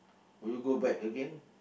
do you go back again